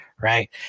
Right